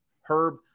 Herb